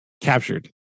captured